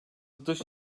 dış